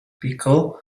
pickle